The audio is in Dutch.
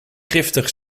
giftig